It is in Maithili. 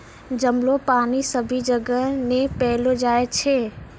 जमलो पानी सभी जगह नै पैलो जाय छै